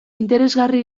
interesgarri